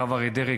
הרב אריה דרעי,